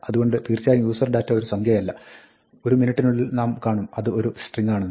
അതുകൊണ്ട് തീർച്ചയായും userdata ഒരു സംഖ്യയല്ല ഒരു മിനുട്ടിനുള്ളിൽ നാം കാണും അത് ഒരു സ്ട്രിങ്ങാണെന്ന്